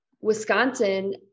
Wisconsin